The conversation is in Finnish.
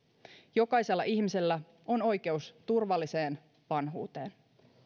jokaisella ihmisellä on oikeus turvalliseen vanhuuteen